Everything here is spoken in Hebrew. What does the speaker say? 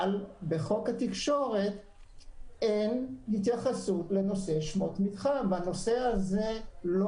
אבל בחוק התקשורת אין התייחסות לנושא שמות מתחם והנושא הזה לא